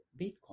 Bitcoin